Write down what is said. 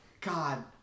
God